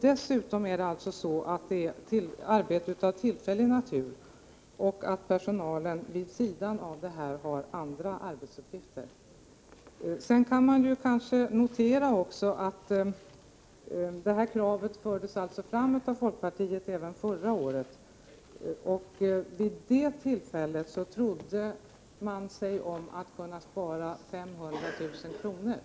Dessutom är det fråga om arbete av tillfällig natur. Personalen har vid sidan av detta andra arbetsuppgifter. Sedan kan man notera att det här kravet fördes fram av folkpartiet även förra året. Vid det tillfället trodde man sig om att kunna spara 500 000 kr.